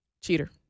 Cheater